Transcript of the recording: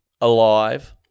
alive